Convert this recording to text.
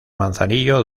manzanillo